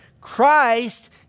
Christ